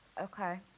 Okay